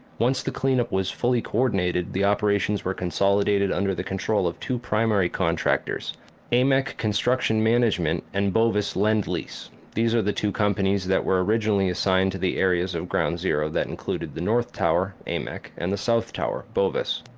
once the clean-up was fully coordinated the operations were consolidated under the control of two primary contractors amec construction management and bovis lend lease. these are the two companies that were originally assigned to the areas of ground zero that included the north tower, amec and the south tower bovis.